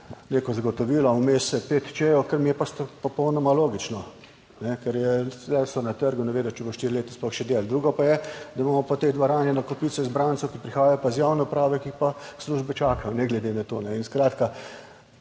neko zagotovilo, vmes je pet "če-jev", kar mi je pa popolnoma logično, ker je, so na trgu, ne vem, če bojo štiri leta sploh še delali. Drugo pa je, da imamo pa v tej dvorani eno kopico izbrancev, ki prihajajo pa iz javne uprave, ki jih pa službe čakajo ne glede na to. In skratka,